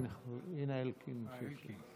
הינה, אלקין יושב שם.